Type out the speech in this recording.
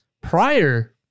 prior